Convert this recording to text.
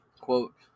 Quote